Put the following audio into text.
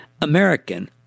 American